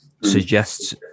suggests